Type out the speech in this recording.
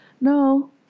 no